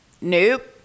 Nope